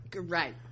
right